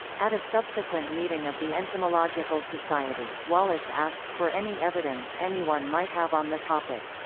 at a subsequent meeting of the entomological society, wallace asked for any evidence anyone might have on the topic.